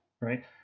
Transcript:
right